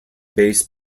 base